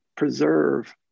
preserve